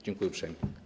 Dziękuję uprzejmie.